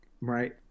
Right